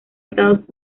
estados